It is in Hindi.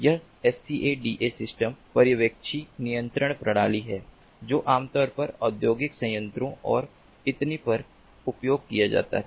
यह SCADA सिस्टम पर्यवेक्षी नियंत्रण प्रणाली है जो आमतौर पर औद्योगिक संयंत्रों और इतने पर उपयोग किया जाता था